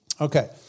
Okay